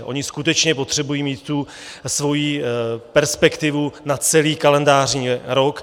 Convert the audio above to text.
Oni skutečně potřebují mít svoji perspektivu na celý kalendářní rok.